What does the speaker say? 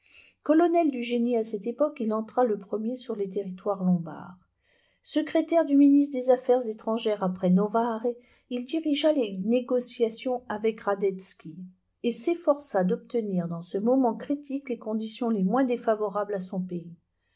colonel du génie à cette époque il entra le premier sur le territoire lombard secrétaire du ministre des affaires étrangères après novare il dirigea les négociations avec radetzky et s'efforça d'obtenir dans ce moment critique les conditions les moins défavorables à son pays